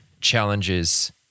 challenges